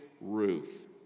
Ruth